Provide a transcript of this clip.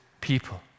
people